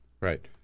Right